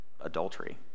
adultery